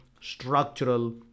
structural